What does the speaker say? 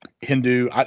Hindu